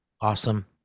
Awesome